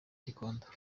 gikondo